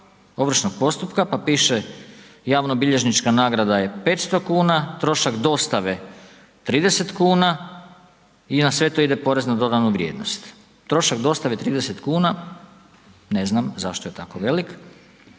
ovršnog postupka, pa piše javnobilježnička nagrada je 500,00 kn, trošak dostave 30,00 kn i na sve to ide PDV. Trošak dostave 30,00 kn ne znam zašto je tako velik,